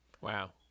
Wow